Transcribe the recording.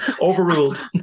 Overruled